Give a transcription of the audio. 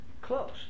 close